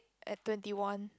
at twenty one